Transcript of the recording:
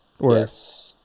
yes